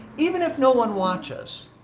even if no one watches,